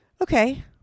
Okay